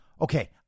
okay